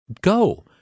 go